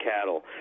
cattle